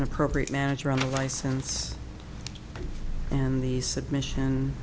appropriate manager on the license and the submission